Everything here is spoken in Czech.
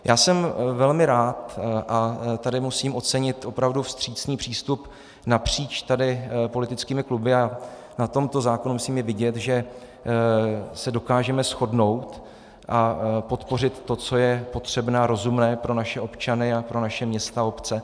Já jsem velmi rád a tady musím ocenit opravdu vstřícný přístup napříč politickými kluby, že na tomto zákonu je myslím vidět, že se dokážeme shodnout a podpořit to, co je potřebné a rozumné pro naše občany a pro naše města a obce.